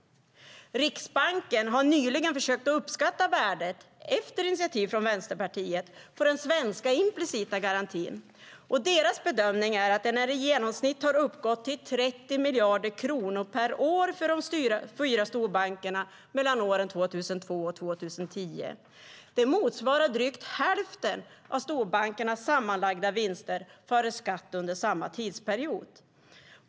Riksbanken har nyligen efter initiativ från Vänsterpartiet försökt uppskatta värdet på den svenska implicita garantin. Deras bedömning är att den i genomsnitt har uppgått till 30 miljarder kronor per år för de fyra storbankerna mellan åren 2002 och 2010. Det motsvarar drygt hälften av storbankernas sammanlagda vinster före skatt under samma tidsperiod.